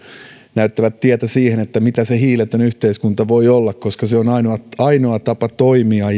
näyttävät tietä siihen mitä se hiiletön yhteiskunta voi olla koska se on ainoa ainoa tapa toimia